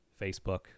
Facebook